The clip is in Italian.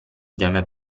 gemme